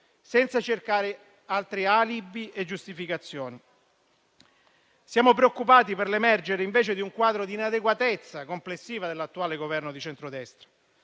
senza cercare altri alibi e giustificazioni. Siamo preoccupati per l'emergere invece di un quadro di inadeguatezza complessiva dell'attuale Governo di centrodestra,